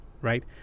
right